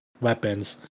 weapons